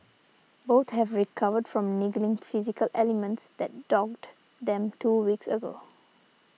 both have recovered from niggling physical ailments that dogged them two weeks ago